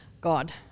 God